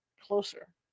closer